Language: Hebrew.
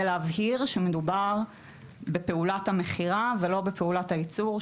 להבהיר שמדובר בפעולת המכירה ולא בפעולת הייצור,